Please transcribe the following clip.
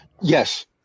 Yes